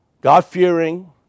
God-fearing